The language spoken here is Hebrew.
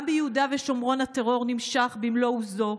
גם ביהודה ושומרון הטרור נמשך במלוא עוזו,